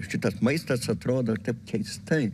šitas maistas atrodo taip keistai